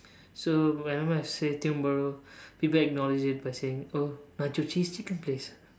so whenever I see Tiong-Bahru people acknowledge it by saying oh nacho cheese chicken please